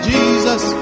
Jesus